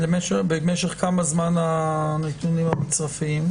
במשך כמה זמן הנתונים המצרפיים?